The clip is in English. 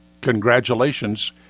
congratulations